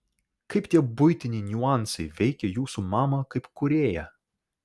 kaip tie buitiniai niuansai veikė jūsų mamą kaip kūrėją